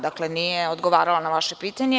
Dakle, nije odgovarala na vaše pitanje.